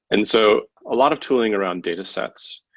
and so a lot of tooling around datasets.